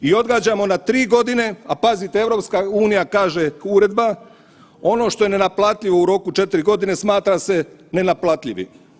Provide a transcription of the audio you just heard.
I odgađamo na 3 godine, a pazite EU kaže uredba ono što je nenaplatljivo u roku 4 godine smatra se nenaplatljivi.